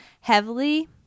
heavily